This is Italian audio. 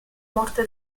morte